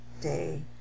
day